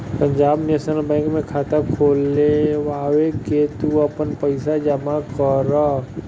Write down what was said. Punjab National Bank में खाता खोलवा के तू आपन पईसा जमा करअ